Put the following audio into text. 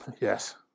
Yes